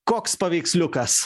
koks paveiksliukas